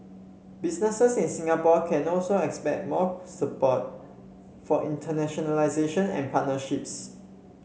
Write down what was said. businesses in Singapore can also expect more support for internationalisation and partnerships